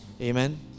Amen